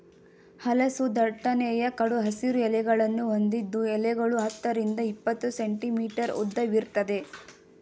ಹಲಸು ದಟ್ಟನೆಯ ಕಡು ಹಸಿರು ಎಲೆಗಳನ್ನು ಹೊಂದಿದ್ದು ಎಲೆಗಳು ಹತ್ತರಿಂದ ಇಪ್ಪತ್ತು ಸೆಂಟಿಮೀಟರ್ ಉದ್ದವಿರ್ತದೆ